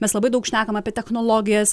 mes labai daug šnekam apie technologijas